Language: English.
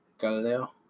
Galileo